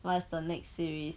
what's the next series